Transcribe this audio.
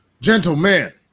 Gentlemen